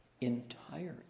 entirely